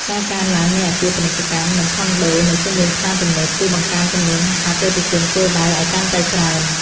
ការកើនឡើងនៃអគារពាណិជ្ជកម្មនិងខុនដូនៅជុំវិញផ្សារទំនើប ជួយបង្កើនចំនួនអតិថិជនគោលដៅឱ្យកាន់តែច្រើន។